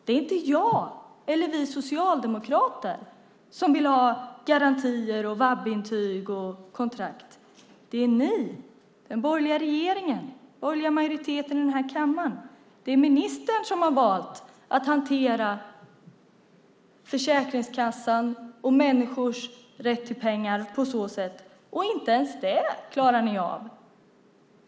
Det är inte jag eller vi socialdemokrater som vill ha garantier, VAB-intyg och kontrakt. Det är ni, den borgerliga regeringen, den borgerliga majoriteten i den här kammaren. Det är ministern som har valt att hantera Försäkringskassan och människors rätt till pengar på så sätt. Och inte ens det klarar ni av.